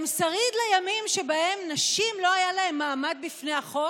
הם שריד לימים שבהם לנשים לא היה מעמד בפני החוק?